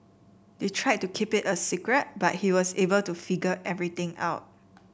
they tried to keep it a secret but he was able to figure everything out